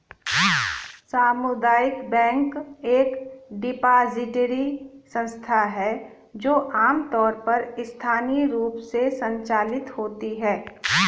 सामुदायिक बैंक एक डिपॉजिटरी संस्था है जो आमतौर पर स्थानीय रूप से संचालित होती है